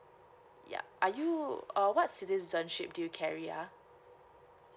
yup are you uh what's citizenship do you carry ah